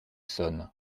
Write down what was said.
sonne